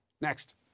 next